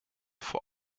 vor